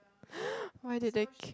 why did they